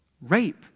rape